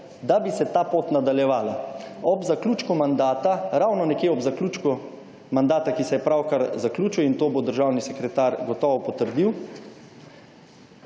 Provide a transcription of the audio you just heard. da bi se ta pot nadaljevala. Ob zaključku mandata, ravno nekje ob zaključku mandata, ki se je pravkar zaključil in to bo državni sekretar gotovo potrdil,